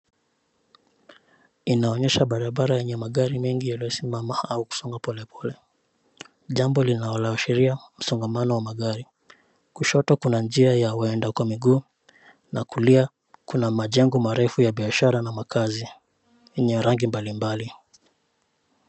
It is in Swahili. Inaonyesha barabara yenye magari mengi yaliyosimama au kusonga pole pole, jambo linalo ashiria msongamano wa magari. Kushoto kuna njia ya waenda kwa miguu na kulia kuna majengo marefu ya kibiashara na makazi yenye rangi mbali mbali.